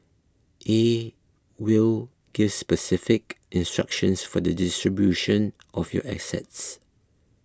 a will gives specific instructions for the distribution of your assets